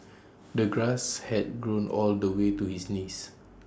the grass had grown all the way to his knees